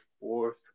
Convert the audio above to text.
fourth